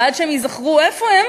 ועד שהם ייזכרו איפה הם